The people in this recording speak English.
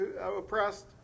oppressed